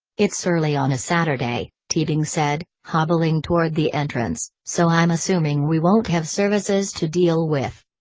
it's early on a saturday, teabing said, hobbling toward the entrance, so i'm assuming we won't have services to deal with.